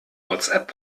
whatsapp